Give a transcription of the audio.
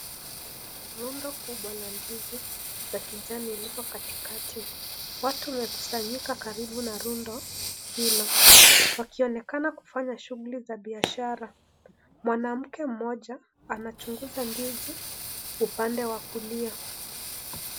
Rundo kubwa la ndizi, za kijani liko katikati, watu wamekusanyika karibu na rundo hilo, wakionekana kufanya shuguli za biashara, manamke mmoja anachunguza ndizi upande wa kulia.